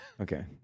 Okay